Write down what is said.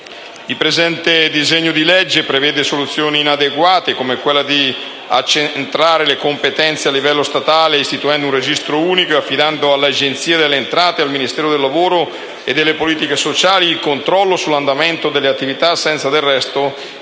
Il presente disegno di legge prevede soluzioni inadeguate, come quella di accentrare le competenze a livello statale, istituendo un registro unico ed affidando all'Agenzia delle entrate e al Ministero del lavoro e delle politiche sociali il controllo sull'andamento delle attività, senza del resto istituire